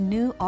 New